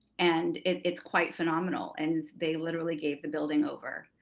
and it's quite phenomenal, and they literally gave the building over.